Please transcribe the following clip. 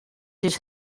his